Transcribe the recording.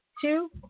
two